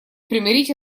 примирить